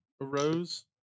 arose